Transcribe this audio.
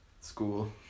school